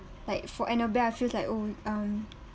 like for annabelle I feels like oh um